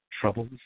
troubles